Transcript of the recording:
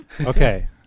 Okay